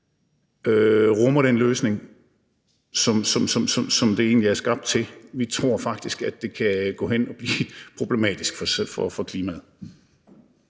rummer den løsning, som det egentlig er skabt til. Vi tror faktisk, at det kan gå hen og blive problematisk for klimaet.